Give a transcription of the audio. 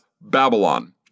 Babylon